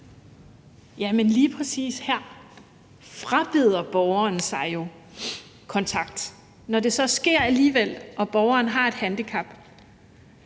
Jamen lige præcis her frabeder borgeren sig jo kontakt. Når det så sker alligevel og borgeren har et handicap,